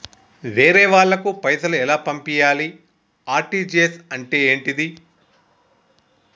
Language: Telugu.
వేరే వాళ్ళకు పైసలు ఎలా పంపియ్యాలి? ఆర్.టి.జి.ఎస్ అంటే ఏంటిది?